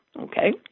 Okay